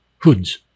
hoods